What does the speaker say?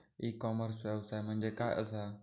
E commerce व्यवसाय म्हणजे काय असा?